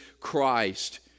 Christ